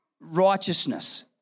Righteousness